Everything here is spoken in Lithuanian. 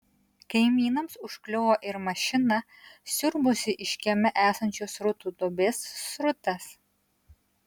kaimynams užkliuvo ir mašina siurbusi iš kieme esančios srutų duobės srutas